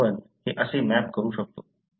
तर आपण हे असे मॅप करू शकतो